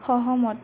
সহমত